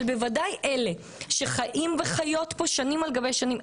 אבל בוודאי אלה שחיים וחיות פה שנים על גבי שנים,